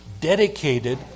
dedicated